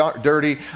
dirty